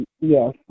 Yes